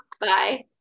Bye